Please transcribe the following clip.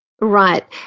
Right